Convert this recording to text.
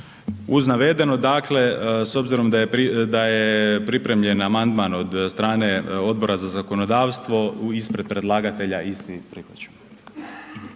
Uz navedeno dakle s obzirom da je pripremljen amandman od strane Odbora za zakonodavstvo ispred predlagatelja isti prihvaćam.